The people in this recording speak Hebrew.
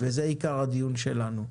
וזה יהיה עיקר הדיון שלנו.